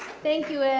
thank you, ed.